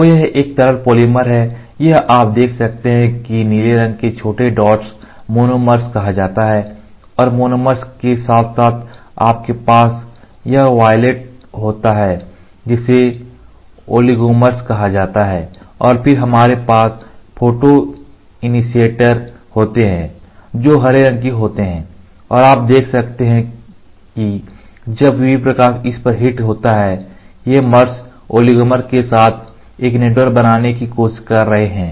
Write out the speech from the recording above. तो यह एक तरल पॉलीमर है यह आप देख सकते हैं कि नीले रंग के छोटे डॉट्स को मोनोमर्स कहा जाता है और मोनोमर्स के साथ साथ आपके पास यह वायलेट होता है जिसे ओलिगोमर्स कहा जाता है और फिर हमारे पास फोटोइनीशिएटर होते हैं जो हरे रंग के होते हैं और आप देख सकते हैं कि जब UV प्रकाश उस पर हिट होता है ये मर्स ओलिगोमर के साथ एक नेटवर्क बनाने की कोशिश कर रहे हैं